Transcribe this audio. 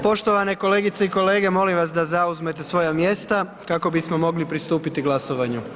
Poštovane kolegice i kolege, molim da zauzmete svoja mjesta kako bismo mogli pristupiti glasovanju.